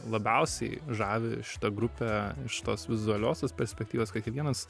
labiausiai žavi šita grupė iš tos vizualiosios perspektyvos kad kiekvienas